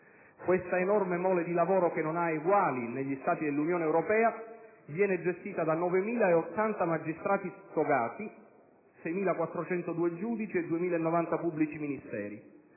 Questa enorme mole di lavoro - che non ha eguali negli altri Paesi dell'Unione europea - viene gestita da 9.080 magistrati togati (6.402 giudici e 2.090 pubblici ministeri);